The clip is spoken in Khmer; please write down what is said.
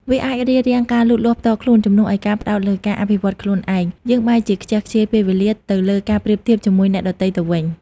វាអាចរារាំងការលូតលាស់ផ្ទាល់ខ្លួន ជំនួសឲ្យការផ្តោតលើការអភិវឌ្ឍខ្លួនឯង យើងបែរជាខ្ជះខ្ជាយពេលវេលា ទៅលើការប្រៀបធៀបជាមួយអ្នកដទៃទៅវិញ។